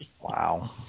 Wow